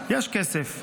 יש כסף,